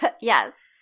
Yes